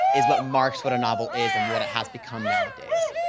is what marks what a novel is and what it has become nowadays.